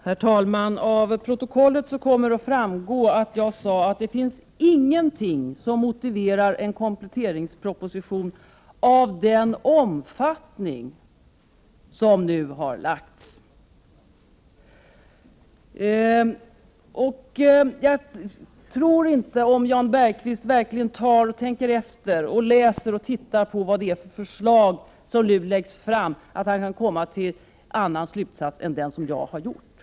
Herr talman! Av protokollet kommer att framgå att jag sade att det inte finns något som motiverar en kompletteringsproposition av den omfattning som den som nu har lagts fram. Om Jan Bergqvist verkligen tänker efter och tittar på de förslag som nu läggs fram tror jag inte att han kan komma fram till Prot. 1988/89:104 någon annan slutsats än den som jag har kommit fram till.